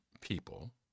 people